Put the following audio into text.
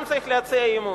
גם צריך להציע אי-אמון.